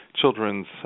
children's